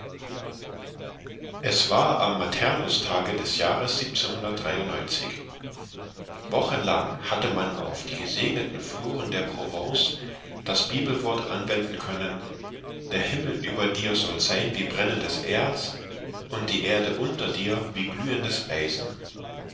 es war am maternustage des jahres wochenlang hatte man auf die gesegneten fluren der provence das bibelwort anwenden können der himmel über dir soll sein wie brennendes erz und die erde unter dir wie glühendes eisen